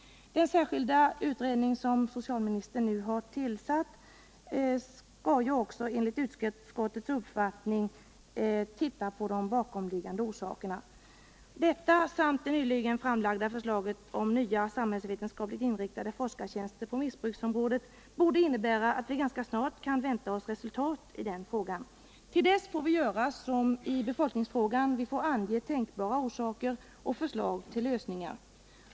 Den särskilda utredning som socialministern nu har tillsatt skall enligt utskottets uppfattning titta på de bakomliggande orsakerna. Detta, samt det nyligen framlagda förslaget om nya samhällsvetenskapligt inriktade forskartjänster på missbruksområdet, borde innebära att vi ganska snabbt kan vänta oss resultat i den frågan. Till dess får vi göra som i befolkningsfrågan, ange tänkbara orsaker och förslag till lösningar.